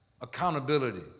Accountability